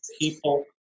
people